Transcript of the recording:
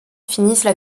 finissent